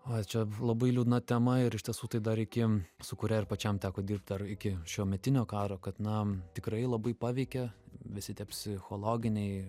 oi čia labai liūdna tema ir iš tiesų tai dar iki su kuria ir pačiam teko dirbt dar iki šiuometinio karo kad na tikrai labai paveikia visi tie psichologiniai